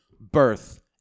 birth